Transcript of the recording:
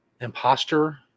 imposter